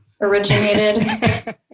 originated